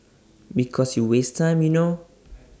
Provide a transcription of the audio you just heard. because you waste time you know